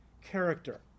character